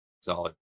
Solid